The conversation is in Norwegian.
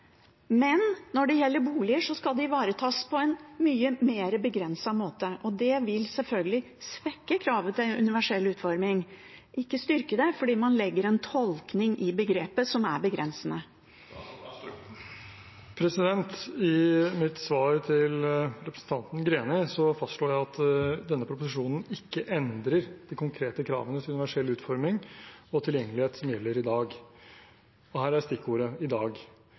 men når det gjelder boliger, skal det ivaretas på en mye mer begrenset måte? Det vil selvfølgelig svekke kravet til universell utforming, ikke styrke det, fordi man legger en tolkning i begrepet som er begrensende. I mitt svar til representanten Greni fastslår jeg at denne proposisjonen ikke endrer de konkrete kravene til universell utforming og tilgjengelighet som gjelder i dag. Her er stikkordet «i dag».